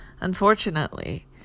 Unfortunately